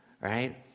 right